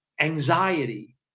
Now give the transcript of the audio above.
anxiety